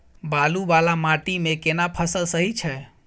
बालू वाला माटी मे केना फसल सही छै?